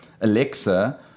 Alexa